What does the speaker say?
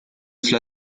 cela